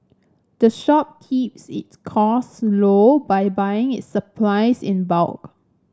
the shop keeps its cost low by buying its supplies in bulk